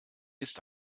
ist